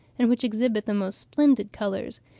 and which exhibit the most splendid colours,